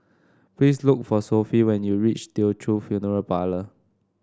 please look for Sophie when you reach Teochew Funeral Parlour